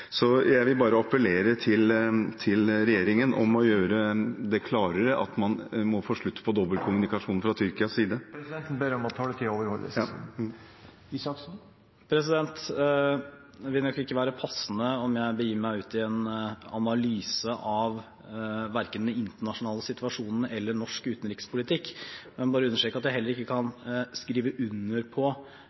så jeg vil bare appellere til regjeringen om å gjøre det klarere at man må få slutt på dobbeltkommunikasjonen fra Tyrkias side. Presidenten ber om at taletiden overholdes. Det vil nok ikke være passende om jeg begir meg ut i en analyse om verken den internasjonale situasjonen eller norsk utenrikspolitikk, men jeg vil understreke at jeg heller ikke kan skrive under på